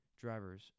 drivers